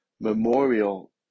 Memorial